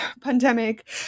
pandemic